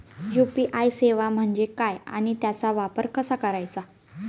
UPI सेवा म्हणजे काय आणि त्याचा वापर कसा करायचा?